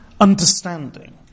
understanding